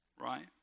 right